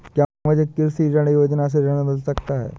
क्या मुझे कृषि ऋण योजना से ऋण मिल सकता है?